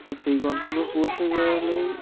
তো সেই গন্তব্যে পৌঁছে গেলেই